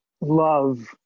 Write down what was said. love